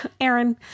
Aaron